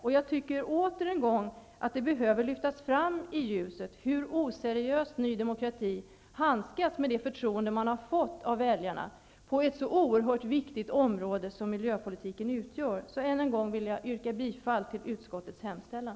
Det behöver återigen lyftas fram i ljuset hur oseriöst Ny demokrati handskas med det förtroende man har fått av väljarna, på ett så oerhört viktigt område som miljöpolitiken utgör. Än en gång vill jag yrka bifall till utskottets hemställan.